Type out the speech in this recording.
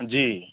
जी